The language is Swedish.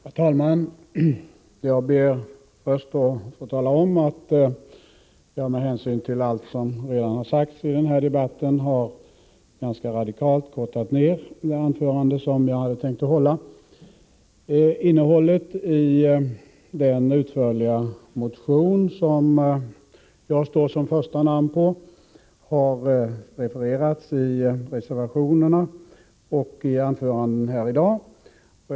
Herr talman! Jag ber först att få tala om att jag med hänsyn till allt som redan sagts i den här debatten ganska radikalt har kortat ned det anförande som jag hade tänkt hålla. Innehållet i den utförliga motion som jag står som första namn på har refererats i reservationerna och i anföranden här i dag.